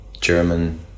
German